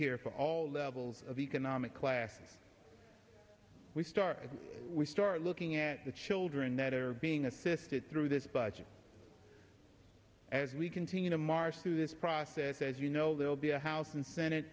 here for all levels of economic classes we started we start looking at the children that are being assisted through this budget as we continue to march through this process as you know they'll be a house and senate